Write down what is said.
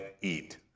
eat